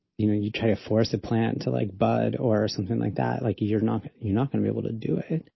you know, you try to force a plant into like bud or something like that, like you're not, you're not going to be able to do it.